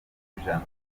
kw’ijana